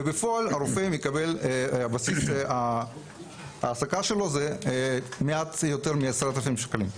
ובפועל בסיס ההעסקה שלו הוא מעט יותר מ-10,000 שקלים.